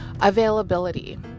availability